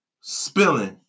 spilling